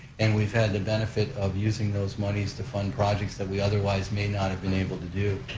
and we've had the benefit of using those moneys to fund projects that we otherwise may not have been able to do.